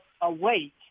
awake